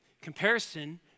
Comparison